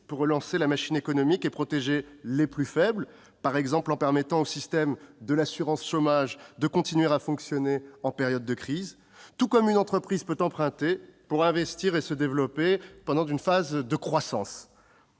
pour relancer la machine économique et protéger les plus faibles, en permettant, par exemple, au système de l'assurance chômage de continuer à fonctionner, tout comme une entreprise peut emprunter pour investir et se développer dans une phase de croissance.